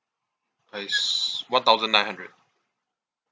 I s~ one thousand nine hundred